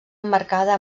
emmarcada